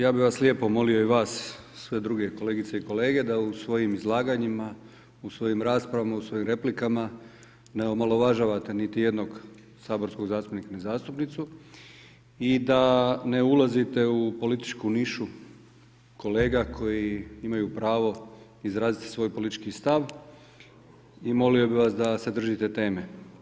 Ja bih vas lijepo molio i vas sve druge kolegice i kolege, da u svojim izlaganjima, u svojim raspravama, u svojim replikama ne omalovažavate niti jednog saborskog zastupnika niti zastupnicu i da ne ulazite u političku nišu kolega koji imaju pravo izraziti svoj politički stav i molio bih vas da se držite teme.